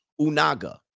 Unaga